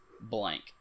blank